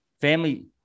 family